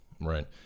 right